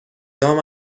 دام